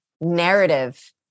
narrative